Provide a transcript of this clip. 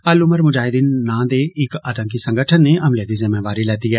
अल उमर मुजाहीद्दीन नां दे इक आतंकी संगठन नै हमले दी ज़िम्मेदारी लैती ऐ